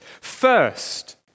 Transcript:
First